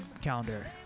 calendar